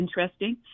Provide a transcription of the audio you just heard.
interesting